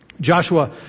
Joshua